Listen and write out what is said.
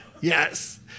yes